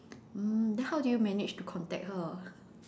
mm then how do you manage to contact her